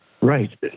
Right